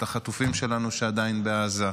את החטופים שלנו שעדיין בעזה,